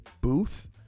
Booth